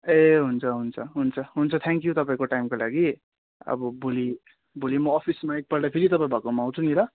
ए हुन्छ हुन्छ हुन्छ हुन्छ थ्याङ्क यु तपाईँको टाइमको लागि अब भोलि भोलि म अफिसमा एक पल्ट फेरि तपाईँ भएकोमा आउँछु नि ल